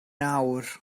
awr